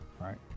right